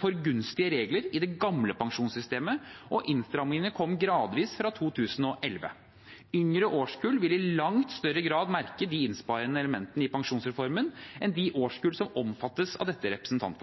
for gunstige regler i det gamle pensjonssystemet, og innstrammingene kom gradvis fra 2011. Yngre årskull vil i langt større grad merke de innsparende elementene i pensjonsreformen enn de årskull som